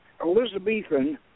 Elizabethan